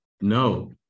no